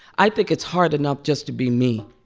i think it's hard enough just to be me.